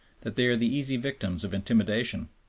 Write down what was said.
that they are the easy victims of intimidation.